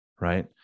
right